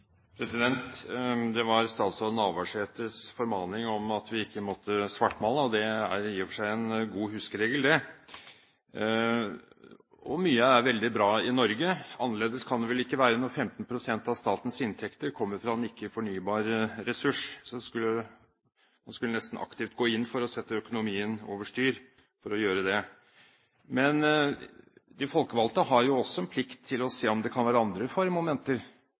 veldig bra i Norge. Annerledes kan det vel ikke være når 15 pst. av statens inntekter kommer fra en ikke-fornybar ressurs – så en skulle nesten aktivt måtte gå inn for å sette økonomien over styr. Men de folkevalgte har jo også en plikt til å se om det kan være andre